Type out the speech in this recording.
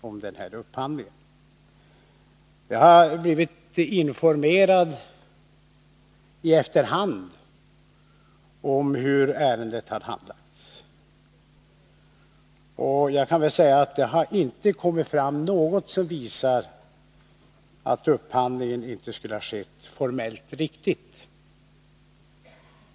Jag har i efterhand blivit informerad om hur ärendet handlagts, och jag vill säga att det inte har kommit fram något som visar att upphandlingen inte skulle ha skett formellt riktigt.